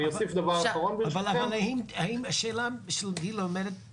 אבל אדוני, האם השאלה שגילה אומרת